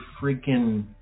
freaking